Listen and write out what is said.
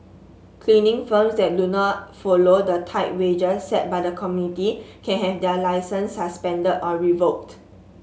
cleaning firms that do not follow the tiered wages set by the committee can have their licences suspended or revoked